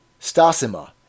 Stasima